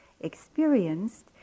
experienced